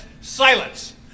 silence